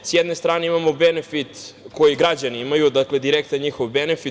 S jedne strane imamo benefit koji građani imaju, dakle direktan njihov benefit.